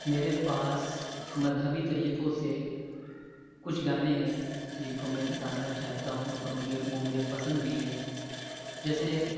میرے پاس مذہبی طریقوں سے کچھ گانے ہیں جن کو میں بتانا چاہتا ہوں اور مجھے وہ مجھے پسند بھی ہیں جیسے